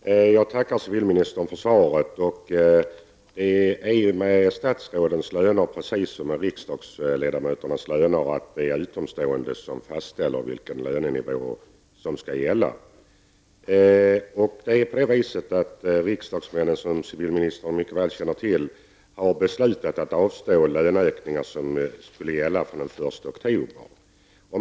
Herr talman! Jag tackar civilministern för svaret. För statsrådens löner gäller samma sak som för riksdagsledamöternas löner, nämligen att utomstående fastställer vilken lönenivå som skall gälla. Riksdagsmännen, vilket civilministern mycket väl känner till, har beslutat att avstå från den löneökning som skulle gälla från den 1 oktober.